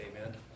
amen